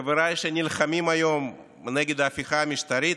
חבריי, שנלחמים היום נגד ההפיכה המשטרית?